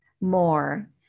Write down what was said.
more